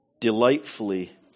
Delightfully